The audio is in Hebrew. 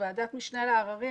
ועדת משנה לעררים.